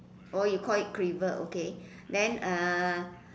oh you call it cleaver okay then uh